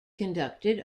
conducted